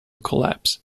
collapse